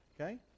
okay